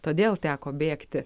todėl teko bėgti